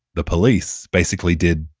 the police basically did,